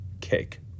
cake